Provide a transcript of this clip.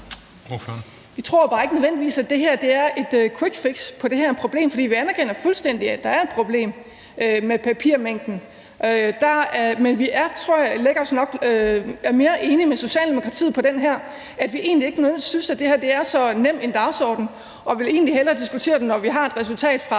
Vi tror jo bare ikke, at det her nødvendigvis er et quickfix i forhold til det her problem, for vi anerkender fuldstændig, at der er et problem med papirmængden. Men vi er nok mere enige med Socialdemokratiet på det her punkt. Vi synes ikke, det her er så nem en dagsorden, og vi vil egentlig hellere diskutere den, når vi har et resultat fra